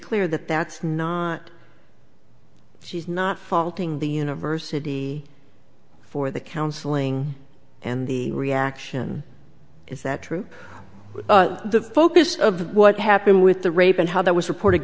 clear that that's not she's not faulting the university for the counseling and the reaction is that true the focus of what happened with the rape and how that was report